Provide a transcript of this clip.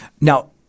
Now